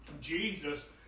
Jesus